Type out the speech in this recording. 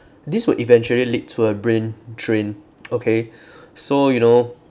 this would eventually lead to a brain drain okay so you know